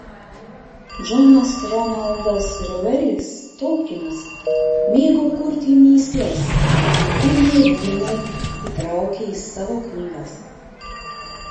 džonas ronaldas reuelis tolkinas mėgo kurti mįsles ir ne vieną jų įtraukė į savo knygas